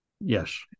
Yes